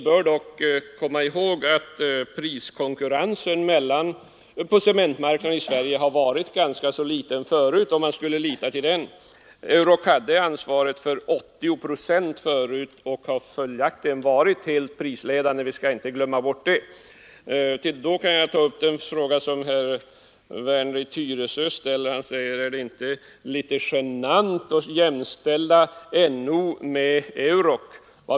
Om man skall lita till priskonkurrensen, bör man dock komma ihåg att denna redan förut var ganska så liten på den svenska cementmarknaden. Euroc svarade för ca 80 procent av cementleveranserna i landet och var helt prisledande på marknaden. Jag vill i detta sammanhang ta upp en fråga som ställts av herr Werner i Tyresö. Han undrar om det inte är litet genant att jämställa NO med Euroc.